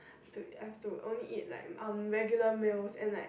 have to have to only eat like um regular meals and like